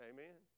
Amen